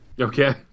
Okay